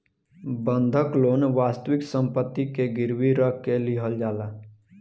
बंधक लोन वास्तविक सम्पति के गिरवी रख के लिहल जाला